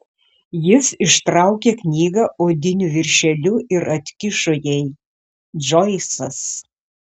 jis ištraukė knygą odiniu viršeliu ir atkišo jai džoisas